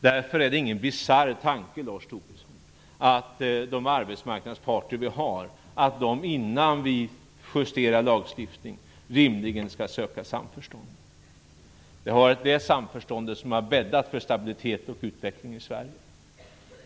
Därför är det ingen bisarr tanke, Lars Tobisson, att de arbetsmarknadsparter vi har rimligen skall söka samförstånd innan lagstiftningen justeras. Det har varit det samförståndet som har bäddat för stabilitet och utveckling i Sverige.